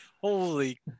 Holy